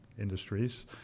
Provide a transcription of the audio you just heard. industries